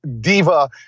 diva